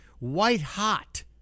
white-hot